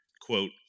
quote